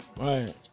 Right